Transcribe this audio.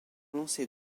lancée